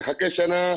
מחכה שנה,